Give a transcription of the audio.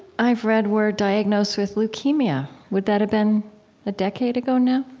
i've read, were diagnosed with leukemia. would that have been a decade ago now?